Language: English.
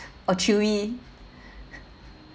oh chewy